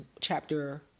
chapter